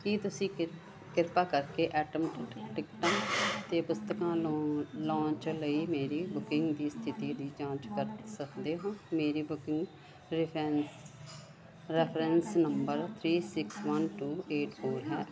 ਕੀ ਤੁਸੀਂ ਕਿਰਪਾ ਕਰਕੇ ਐਟਮ ਟਿਕਟਾਂ ਅਤੇ ਪੁਸਤਕਾਂ ਲੌਂਚ ਲਈ ਮੇਰੀ ਬੁਕਿੰਗ ਦੀ ਸਥਿਤੀ ਦੀ ਜਾਂਚ ਕਰ ਸਕਦੇ ਹੋ ਮੇਰਾ booking reference number three six one two eight four ਹੈ